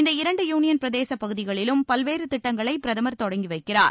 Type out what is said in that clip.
இந்த இரண்டு யூளியன் பிரதேச பகுதிகளிலும் பல்வேறு திட்டங்களை பிரதமர் தொடங்கி வைக்கிறார்